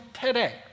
today